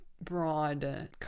broad